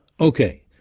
Okay